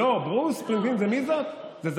לא, ברוס, זה זמר.